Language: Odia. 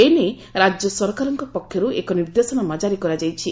ଏ ନେଇ ରାକ୍ୟ ସରକାରଙ୍କ ପକ୍ଷରୁ ଏକ ନିର୍ଦ୍ଦେଶନାମା ଜାରି କରାଯାଇଛି